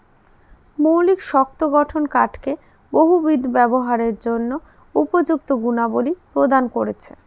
মৌলিক শক্ত গঠন কাঠকে বহুবিধ ব্যবহারের জন্য উপযুক্ত গুণাবলী প্রদান করেছে